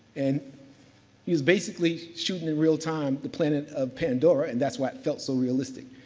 and he's basically shooting in real time the planet of pandora. and that's why it felt so realistic.